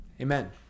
Amen